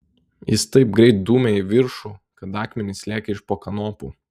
jis taip greit dūmė į viršų kad akmenys lėkė iš po kanopų